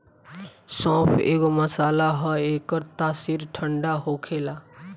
सौंफ एगो मसाला हअ एकर तासीर ठंडा होखेला